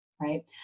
right